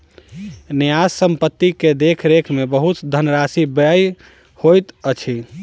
न्यास संपत्ति के देख रेख में बहुत धनराशि व्यय होइत अछि